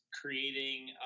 creating